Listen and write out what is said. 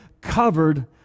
covered